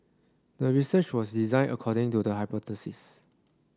the research was designed according to the hypothesis